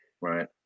Right